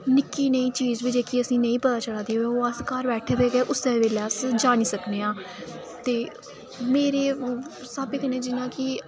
निक्की नेही चीज बी जेह्की असें ई नेईं पता चला दी होए जां फ्ही घर बैठे दे गै उस्सै बेल्लै अस जानी सकनें आं ते मेरे स्हाबै कन्नै